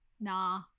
nah